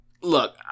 look